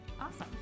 Awesome